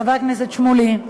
חבר הכנסת שמולי,